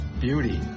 beauty